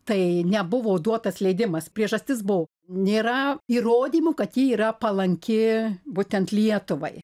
tai nebuvo duotas leidimas priežastis buvo nėra įrodymų kad ji yra palanki būtent lietuvai